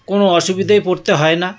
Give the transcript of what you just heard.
কোনো অসুবিধেয় পড়তে হয় না